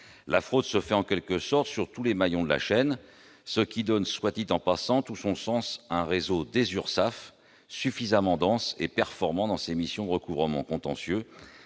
La fraude se fait en quelque sorte sur tous les maillons de la chaîne, ce qui donne, soit dit en passant, tout son sens à l'existence d'un réseau des URSSAF suffisamment dense et performant dans ses missions de recouvrement contentieux